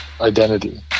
identity